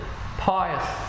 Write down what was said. pious